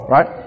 Right